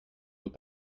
nous